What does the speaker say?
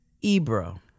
ebro